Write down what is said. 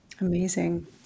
Amazing